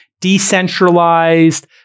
decentralized